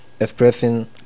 expressing